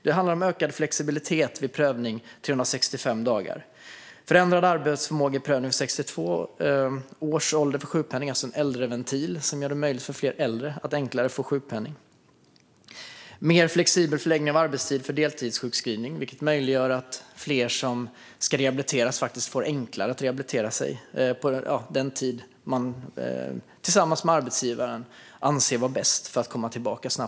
Det handlar om ökad flexibilitet vid prövning vid dag 365, förändrad arbetsförmågeprövning vid 62 års ålder för sjukpenning, alltså en äldreventil som gör det möjligt för fler äldre att enklare få sjukpenning, och mer flexibel förläggning av arbetstiden vid deltidssjukskrivning, vilket möjliggör för fler som ska rehabiliteras att enklare rehabilitera sig på den tid som de tillsammans med arbetsgivaren anser är bäst för att snabbt komma tillbaka i arbete.